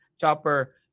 Chopper